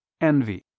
Envy